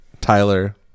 Tyler